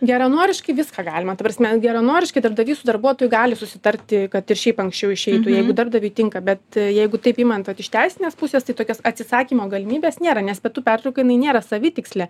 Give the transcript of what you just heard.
geranoriškai viską galima ta prasme geranoriškai darbdavys su darbuotoju gali susitarti kad šiaip anksčiau išeitų jeigu darbdaviui tinka bet jeigu taip imant vat iš teisinės pusės tai tokios atsisakymo galimybės nėra nes pietų pertrauka jinai nėra savitikslė